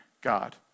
God